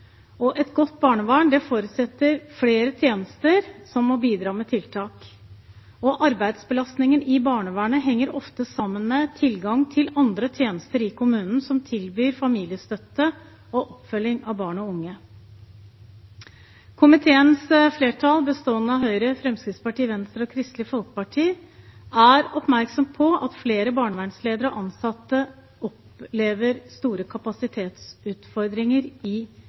hjelpetilbud. Et godt barnevern forutsetter flere tjenester som må bidra med tiltak. Arbeidsbelastningen i barnevernet henger ofte sammen med tilgang til andre tjenester i kommunen som tilbyr familiestøtte og oppfølging av barn og unge. Komiteens flertall, bestående av Høyre, Fremskrittspartiet, Venstre og Kristelig Folkeparti, er oppmerksom på at flere barnevernsledere og -ansatte i enkelte kommuner opplever store kapasitetsutfordringer. Aksjonen #heierna har nettopp satt arbeidsforholdene til ansatte i